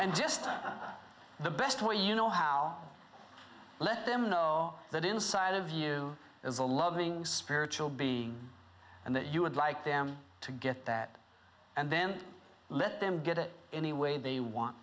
and just the best way you know how to let them know that inside of you as a loving spiritual being and that you would like them to get that and then let them get it any way they want